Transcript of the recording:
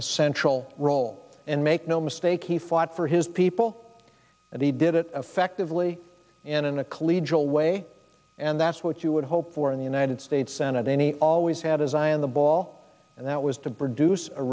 essential role and make no mistake he fought for his people and he did it effectively in a clean jewel way and that's what you would hope for in the united states senate any always had his eye on the ball and that was to bring duce a